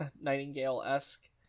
nightingale-esque